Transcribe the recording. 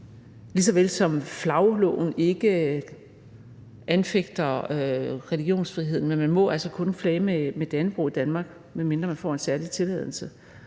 lige så vel som flagloven ikke anfægter religionsfriheden, men man må altså kun flage med dannebrog i Danmark, medmindre man får en særlig tilladelse.